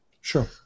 Sure